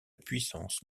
puissance